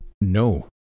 No